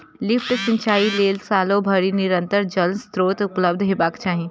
lift सिंचाइ लेल सालो भरि निरंतर जल स्रोत उपलब्ध हेबाक चाही